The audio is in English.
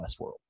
Westworld